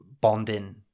bonding